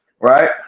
right